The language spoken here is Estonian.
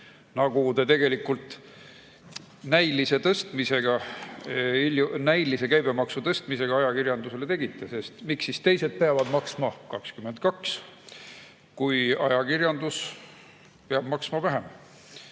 nagu te tegelikult näilise käibemaksu tõstmisega ajakirjandusele tegite. Sest miks siis teised peavad maksma 22%, kui ajakirjandus peab maksma vähem?